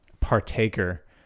partaker